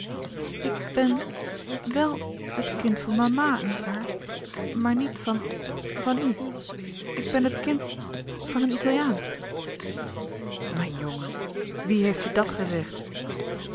ik ben wel het kind van mama nietwaar maar niet van van u ik ben het kind van een italiaan mijn jongen wie heeft je dat gezegd